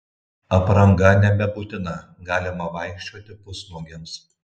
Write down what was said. apranga nebebūtina galima vaikščioti pusnuogiams